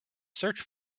search